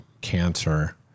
cancer